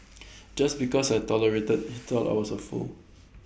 just because I tolerated he thought I was A fool